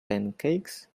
pancakes